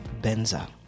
Benza